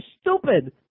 stupid